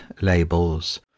labels